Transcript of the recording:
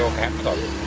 so capital